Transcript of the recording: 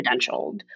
credentialed